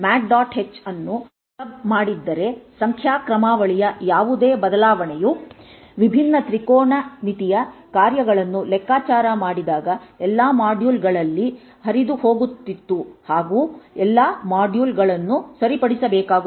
h ಅನ್ನು club ಮಾಡಿದ್ದರೆ ಸಂಖ್ಯಾ ಕ್ರಮಾವಳಿಯ ಯಾವುದೇ ಬದಲಾವಣೆಯು ವಿಭಿನ್ನ ತ್ರಿಕೋನಮಿತಿಯ ಕಾರ್ಯಗಳನ್ನು ಲೆಕ್ಕಾಚಾರ ಮಾಡಿದಾಗ ಎಲ್ಲಾ ಮಾಡ್ಯೂಲ್ ಗಳಲ್ಲಿ ಹರಿದುಹೋಗುತ್ತಿತ್ತು ಹಾಗೂ ಎಲ್ಲಾ ಮಾಡ್ಯೂಲ್ ಗಳನ್ನು ಸರಿಪಡಿಸಬೇಕಾಗಿತ್ತು